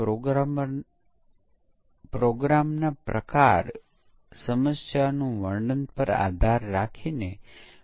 જો તેઓફંકશન કે મોડ્યુલ યુનિટ સ્તર પર કામ કરી રહ્યાં છે તો તેઓ શા માટે એકીકરણ સ્તરે કામ ન કરે